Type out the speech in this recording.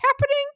happening